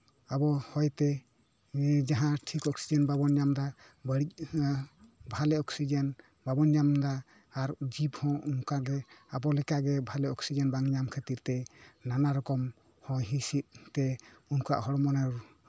ᱟᱵᱚ ᱡᱟᱦᱟᱸ ᱦᱚᱭᱛᱮ ᱴᱷᱤᱠ ᱚᱠᱥᱤᱡᱮᱱ ᱡᱟᱦᱟᱸ ᱵᱟᱵᱚᱱ ᱧᱟᱢᱫᱟ ᱵᱟᱹᱲᱤᱡ ᱵᱷᱟᱞᱮ ᱚᱠᱥᱤᱡᱮᱱ ᱵᱟᱵᱚᱱ ᱧᱟᱢᱫᱟ ᱟᱨ ᱡᱤᱵᱽ ᱦᱚᱸ ᱚᱱᱠᱟᱜᱮ ᱟᱵᱚ ᱞᱮᱠᱟᱜᱮ ᱵᱷᱟᱞᱮ ᱚᱠᱥᱤᱡᱮᱱ ᱵᱟᱝ ᱧᱟᱢ ᱠᱷᱟᱹᱛᱤᱨ ᱛᱮ ᱱᱟᱱᱟ ᱨᱚᱠᱚᱢ ᱦᱚᱭ ᱦᱤᱸᱥᱤᱫ ᱛᱮ ᱩᱱᱠᱩᱣᱟᱜ ᱦᱚᱲᱢᱚ ᱨᱮ